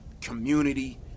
community